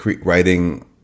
writing